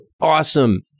awesome